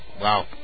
Wow